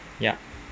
ya